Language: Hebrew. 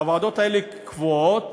הוועדות האלה יהיו קבועות